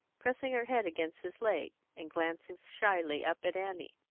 pressing her head against his leg, and glancing shyly up at annie.